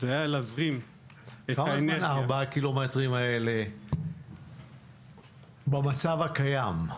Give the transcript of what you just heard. כמה זמן ארבעת הקילומטרים האלה במצב הקיים?